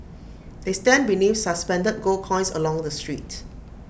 they stand beneath suspended gold coins along the street